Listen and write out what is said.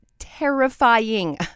terrifying